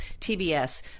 TBS